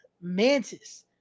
Mantis